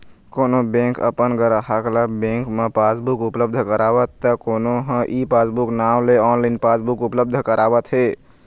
कोनो बेंक अपन गराहक ल बेंक म पासबुक उपलब्ध करावत त कोनो ह ई पासबूक नांव ले ऑनलाइन पासबुक उपलब्ध करावत हे